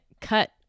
cut